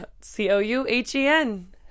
c-o-u-h-e-n